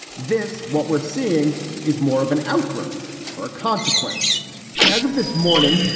this what we're seeing is more of an outgrowth or a consequence as of this morning.